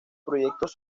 proyectos